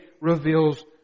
reveals